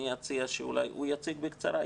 אני אציע שאולי הוא יציג בקצרה,